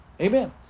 Amen